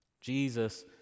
Jesus